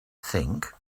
think